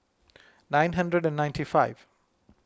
nine hundred and ninety five